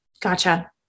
Gotcha